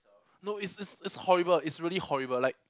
no it's it's it's horrible it's really horrible like